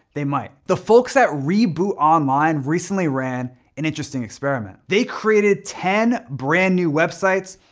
they might. the folks at reboot online recently ran an interesting experiment. they created ten brand new websites,